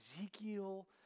Ezekiel